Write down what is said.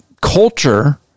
culture